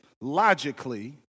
logically